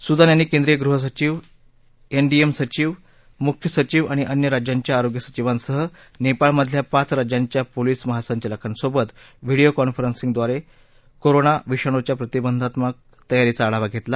सुदान यांनी केंद्रीय गृह सचिव एनडीएम सचिव मुख्य सचिव आणि अन्य राज्यांच्या आरोग्य सचिवांसह नेपाळमधल्या पाच राज्यांच्या पोलीस महासंचकांसोबत व्हिडिओ कॉन्फेरेंसिंगद्वारे कोरोना विषाणूच्या प्रतिबंधकाबाबतच्या तयारीचा आढावा घेतला